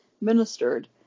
ministered